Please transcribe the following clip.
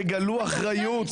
תגלו אחריות.